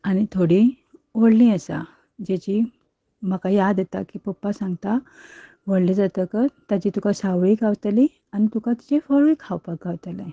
आनी थोडीं व्हडलीं आसा जेंची म्हाका याद येता की पप्पा सांगता व्हडलें जातच तेंची तुका सावळी गावतली आनी तुका तेचें फळूय खावपाक गावतलें